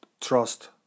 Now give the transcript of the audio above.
trust